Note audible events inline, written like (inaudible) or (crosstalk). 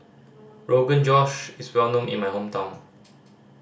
Rogan Josh is well known in my hometown (noise)